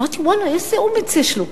אמרתי: ואללה, איזה אומץ יש לו.